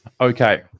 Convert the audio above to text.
Okay